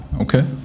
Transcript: Okay